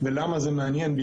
ובעיקר, למה זה מעניין?